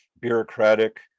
bureaucratic